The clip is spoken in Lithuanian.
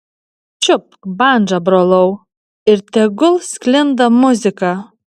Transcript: čiupk bandžą brolau ir tegul sklinda muzika